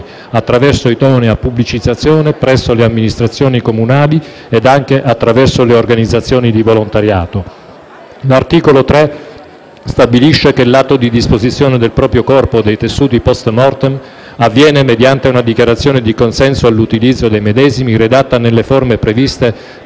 attraverso idonea pubblicizzazione presso le amministrazioni comunali ed anche attraverso le organizzazioni di volontariato. L'articolo 3 stabilisce che l'atto di disposizione del proprio corpo o dei tessuti *post mortem* avvenga mediante una dichiarazione di consenso all'utilizzo dei medesimi redatta nelle forme previste